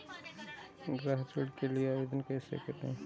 गृह ऋण के लिए आवेदन कैसे करें?